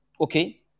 Okay